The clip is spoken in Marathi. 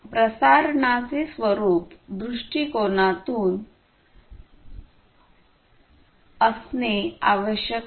प्रसारणाचे स्वरुप दृष्टीकोनातून एलओएस असणे आवश्यक नाही